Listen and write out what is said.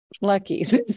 lucky